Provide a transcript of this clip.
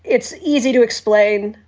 it's easy to explain.